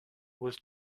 was